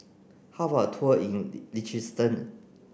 how about a tour in Liechtenstein